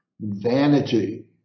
vanity